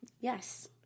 Yes